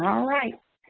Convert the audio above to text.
um alright,